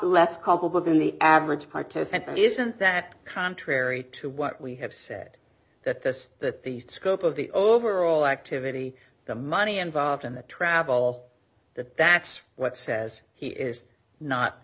culpable than the average participant isn't that contrary to what we have said that this the scope of the overall activity the money involved in the travel that that's what it says here is not